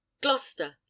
gloucester